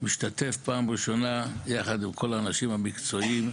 משתתף פעם ראשונה, יחד עם כל האנשים המקצועיים,